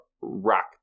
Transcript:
rock